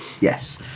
yes